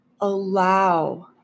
allow